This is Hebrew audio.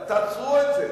תעצרו את זה.